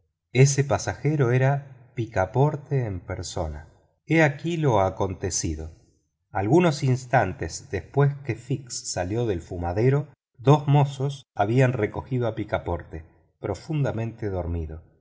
ese pasajero era picaporte en persona he aquí lo acontecido algunos instantes después que fix salió del fumadero dos mozos habían recogido a picaporte profundamente dormido